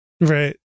right